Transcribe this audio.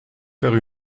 vers